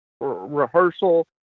rehearsal